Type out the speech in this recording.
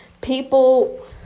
people